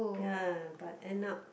ya but end up